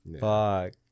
Fuck